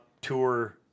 tour